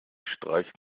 streicht